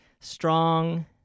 strong